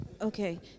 Okay